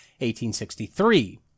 1863